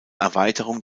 erweiterung